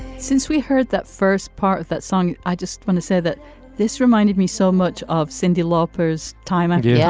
since we heard that first part of that song. i just want to say that this reminded me so much of cindy lopez time i do yeah